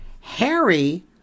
Harry